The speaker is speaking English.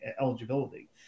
eligibility